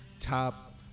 top